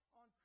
on